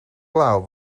glaw